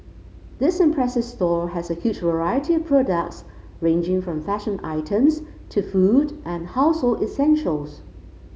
this impressive store has a huge variety of products ranging from fashion items to food and household essentials